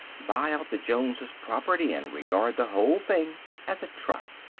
buy out the jones's property, and regard the whole thing as a trust.